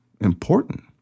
important